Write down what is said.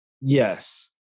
yes